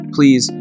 Please